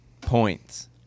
Points